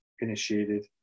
initiated